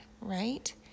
right